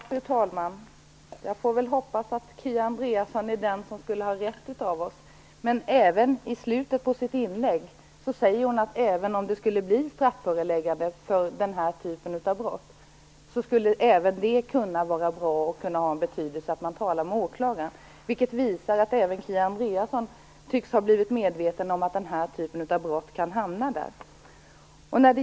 Fru talman! Jag får hoppas att Kia Andreasson är den av oss som har rätt. I slutet på sitt inlägg sade hon att det, om det skulle bli strafföreläggande även efter denna typ av brott, skulle vara bra att tala med åklagaren. Det visar att även Kia Andreasson tycks ha blivit medveten om att denna typ av brott kan innebära strafföreläggande.